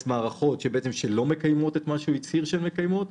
מערכות שלא מקיימות את מה שהוא הצהיר שהן מקיימות,